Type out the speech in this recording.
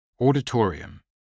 auditorium